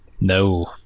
No